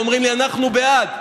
אומרים לי: אנחנו בעד,